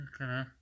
okay